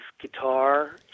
guitar